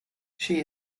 she